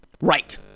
Right